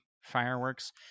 fireworks